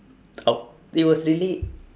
out it was really